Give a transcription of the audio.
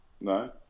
No